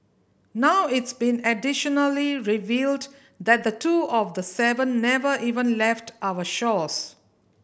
now it's been additionally revealed that two of the seven never even left our shores